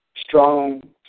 Strong